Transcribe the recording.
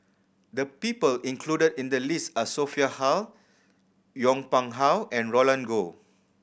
the people included in the list are Sophia Hull Yong Pung How and Roland Goh